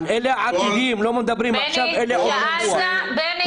לא על אלה שמתחתנים בשבוע הקרוב.